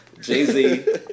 Jay-Z